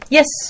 Yes